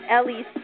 Ellie